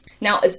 Now